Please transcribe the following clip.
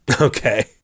Okay